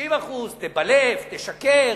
30%; תבלף, תשקר,